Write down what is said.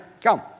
Go